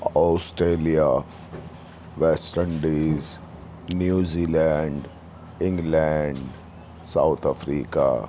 Australia West Indies New Zealand England South Africa